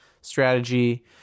strategy